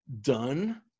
done